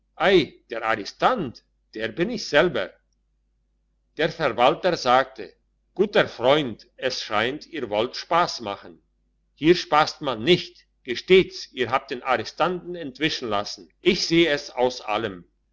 der arrestant der bin ich selber der verwalter sagte guter freund es scheint ihr wollt spass machen hier spasst man nicht gesteht's ihr habt den arrestanten entwischen lassen ich seh es aus allem